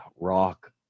rock